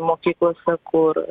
mokyklose kur